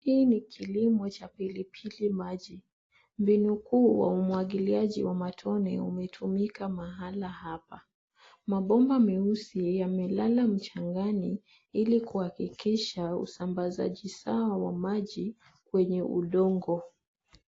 Hii ni kilimo cha pilipili maji. Mbinu huu wa umwagiliaji wa matone umetumika mahala hapa. Mabomba meusi yamelala mchangani ili kuhakikisha usambazaji sawa wa maji kwenye udongo.